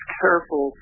careful